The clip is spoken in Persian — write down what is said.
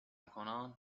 کنان